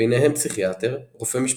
ביניהם פסיכיאטר, רופא משפחה,